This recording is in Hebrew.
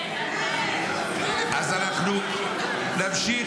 אז אנחנו נמשיך,